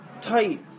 tight